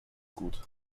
gut